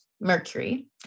mercury